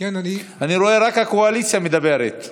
אני רואה שרק הקואליציה מדברת.